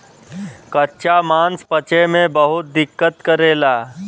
कच्चा मांस पचे में बहुत दिक्कत करेला